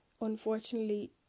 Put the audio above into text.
unfortunately